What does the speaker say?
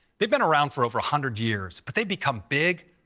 they've been around for over a hundred years, but they've become big,